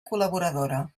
col·laboradora